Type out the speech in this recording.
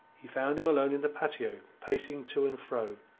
he found him alone in the patio, pacing to and fro,